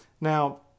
now